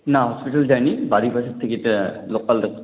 না হসপিটাল যাই নি বাড়ির পাশের থেকে একটা লোকাল ডাক